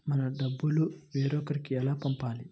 మన డబ్బులు వేరొకరికి ఎలా పంపాలి?